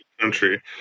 country